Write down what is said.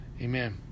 Amen